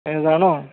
এহেজাৰ ন